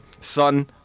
Son